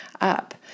up